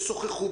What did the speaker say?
ישוחחו,